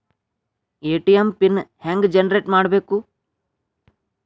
ATM pin ಹೆಂಗ್ generate ಮಾಡಬೇಕು?